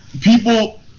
people